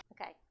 Okay